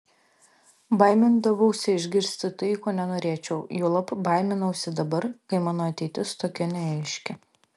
baimindavausi išgirsti tai ko nenorėčiau juolab baiminausi dabar kai mano ateitis tokia neaiški